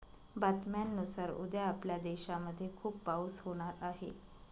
बातम्यांनुसार उद्या आपल्या देशामध्ये खूप पाऊस होणार आहे